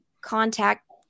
contact